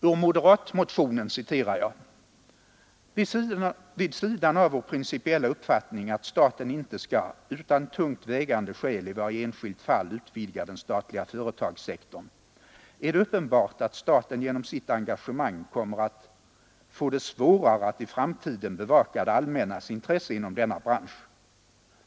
Ur moderatmotionen citerar jag: ”Vid sidan av vår principiella uppfattning att staten icke skall utan tungt vägande skäl i varje enskilt fall utvidga den statliga företagssektorn är det uppenbart att staten genom sitt engagemang kommer att få det svårare att i framtiden bevaka det allmännas intresse inom denna bransch.